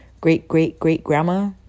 great-great-great-grandma